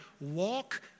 Walk